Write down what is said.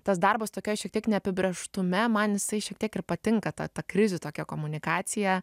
tas darbas tokioj šiek tiek neapibrėžtume man jisai šiek tiek ir patinka tad krizių tokia komunikacija